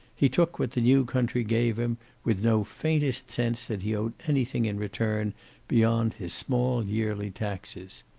he took what the new country gave him with no faintest sense that he owed anything in return beyond his small yearly taxes.